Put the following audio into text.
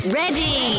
ready